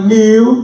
new